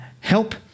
Help